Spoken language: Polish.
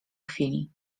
chwili